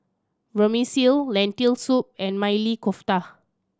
Vermicelli Lentil Soup and Maili Kofta